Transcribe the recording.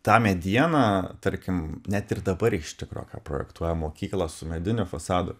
tą medieną tarkim net ir dabar iš tikro ką projektuoja mokyklą su mediniu fasadu